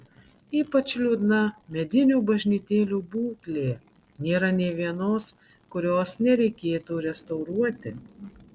ypač liūdna medinių bažnytėlių būklė nėra nė vienos kurios nereikėtų restauruoti